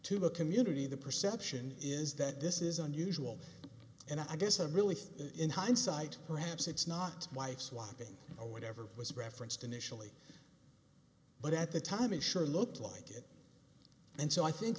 a community the perception is that this is unusual and i guess i really think in hindsight perhaps it's not wife swapping or whatever was referenced initially but at the time it sure looked like it and so i think